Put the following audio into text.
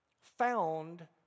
found